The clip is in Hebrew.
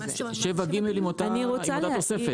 7(ג) עם אותה תוספת.